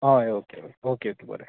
हय okay okay okay बरें